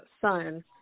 son